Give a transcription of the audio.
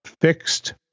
fixed